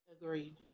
Agreed